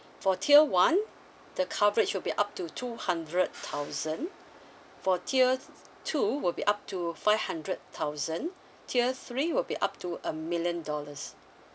for tier one the coverage will be up to two hundred thousand for tier two will be up to five hundred thousand tier three will be up to a million dollars